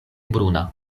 bruna